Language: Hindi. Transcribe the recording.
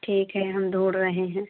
ठीक है हम ढ़ूँढ़ रहे हैं